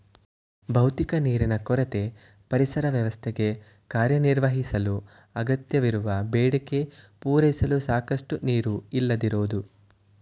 ಭೌತಿಕ ನೀರಿನ ಕೊರತೆ ಪರಿಸರ ವ್ಯವಸ್ಥೆಗೆ ಕಾರ್ಯನಿರ್ವಹಿಸಲು ಅಗತ್ಯವಿರುವ ಬೇಡಿಕೆ ಪೂರೈಸಲು ಸಾಕಷ್ಟು ನೀರು ಇಲ್ಲದಿರೋದು